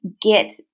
get